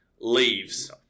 leaves